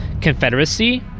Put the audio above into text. Confederacy